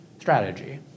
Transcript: strategy